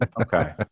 Okay